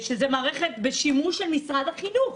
זו מערכת בשימוש של משרד החינוך,